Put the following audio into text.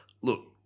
look